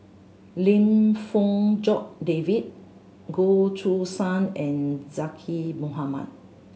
Lim Fong Jock David Goh Choo San and Zaqy Mohamad